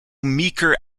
meeker